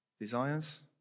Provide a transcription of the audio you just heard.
desires